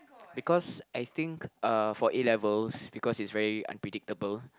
because I think uh for A-levels because it's very unpredictable